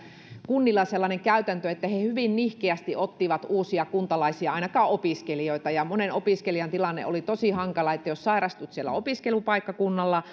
kunnilla sellainen käytäntö että ne hyvin nihkeästi ottivat uusia kuntalaisia ainakaan opiskelijoita ja monen opiskelijan tilanne oli tosi hankala että jos sairastui siellä opiskelupaikkakunnalla